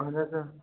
اَہَن حظ آ